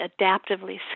adaptively